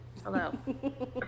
Hello